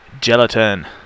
gelatin